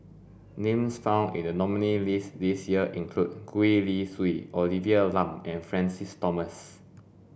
names found in the nominees' list this year include Gwee Li Sui Olivia Lum and Francis Thomas